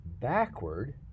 backward